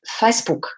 Facebook